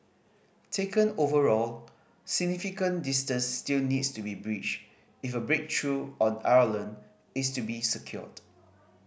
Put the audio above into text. taken overall significant distance still needs to be bridged if a breakthrough on Ireland is to be secured